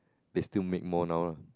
they still make more now lah